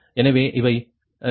எனவே இது பிளஸ் 0